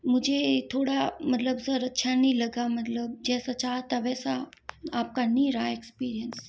मुझे थोड़ा मतलब सर अच्छा नहीं लगा मतलब जैसा चाहा था वैसा आपका नहीं रहा एक्सपीरियंस